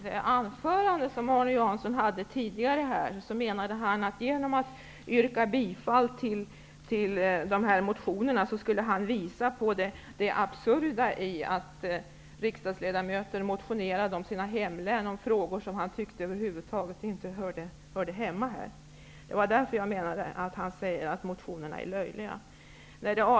Herr talman! I sitt anförande tidigare sade Arne Jansson att han genom att yrka bifall till dessa motioner skulle visa på det absurda i att riksdagsledamöter motionerar om sina hemlän och om frågor som han tyckte över huvud taget inte hör hemma här. Det var därför som jag sade att han tycker att motionerna är löjliga.